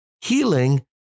healing